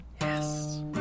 Yes